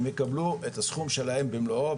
שהם יקבלו את הסכום שלהם במלואו.